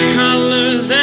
colors